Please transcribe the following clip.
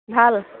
ভাল